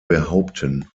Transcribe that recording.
behaupten